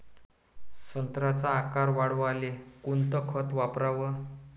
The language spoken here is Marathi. संत्र्याचा आकार वाढवाले कोणतं खत वापराव?